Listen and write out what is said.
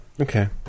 Okay